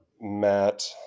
Matt